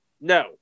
No